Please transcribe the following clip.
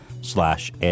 slash